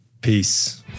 Peace